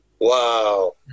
Wow